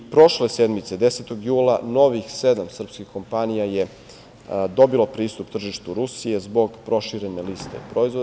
Prošle sedmice, 10. jula, novih sedam srpskih kompanija je dobilo pristup tržištu Rusije zbog proširene liste proizvoda.